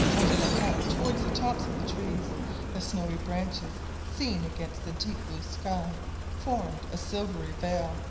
as you looked up towards the tops of the trees the snowy branches seen against the deep blue sky formed a silvery veil,